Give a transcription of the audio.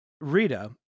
Rita